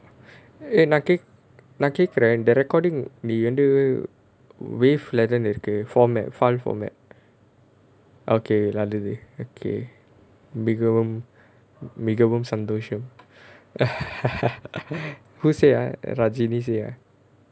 eh நான் கேட்கு~ நான் கேட்குறேன் இந்த:naan kaek~ naan kekkuraen intha recordng நீ வந்து:nee vanthu wave leh தானே இருக்கு:thaanae irukku format file format okay நல்லது:nallathu okay மிகவும் மிகவும் சந்தோஷம்:migavum migavum santhosham who say ah rajini say ah